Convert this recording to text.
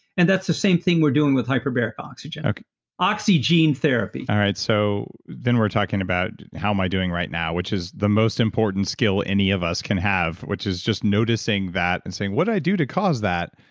and that's the same thing we're doing with hyperbaric oxygen okay oxy gene therapy all right, so then we're talking about how i'm i doing right now, which is the most important skill any of us can have, which is just noticing that and saying, what did i do to cause that?